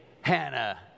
Hannah